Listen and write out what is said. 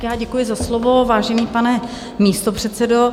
Tak já děkuji za slovo, vážený pane místopředsedo.